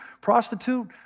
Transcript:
prostitute